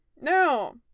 No